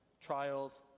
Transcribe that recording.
trials